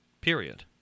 period